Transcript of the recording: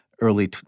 early